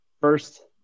first